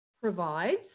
provides